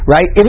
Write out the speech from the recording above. Right